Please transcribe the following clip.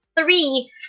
three